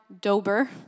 Dober